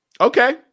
Okay